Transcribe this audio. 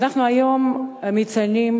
אנחנו מציינים